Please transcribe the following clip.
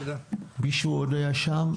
עוד מישהו היה שם?